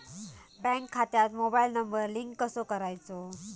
Bank खात्यात mobile number link कसो करायचो?